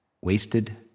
wasted